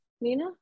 Nina